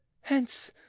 Hence